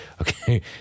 Okay